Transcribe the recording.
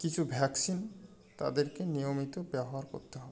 কিছু ভ্যাকসিন তাদেরকে নিয়মিত ব্যবহার করতে হবে